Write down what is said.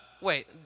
Wait